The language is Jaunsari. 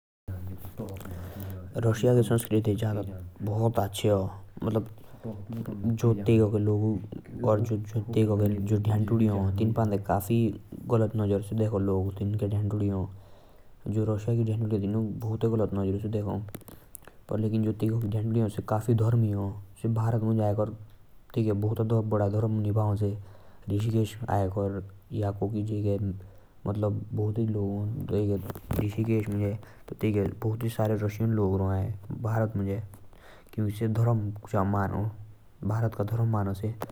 रूसिया के संस्कृति काफी अच्छा आ। ताइका के लोग भारत के संस्कृति अपनौ। जो कि ऋषिकेश आऊन।